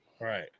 right